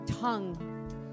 tongue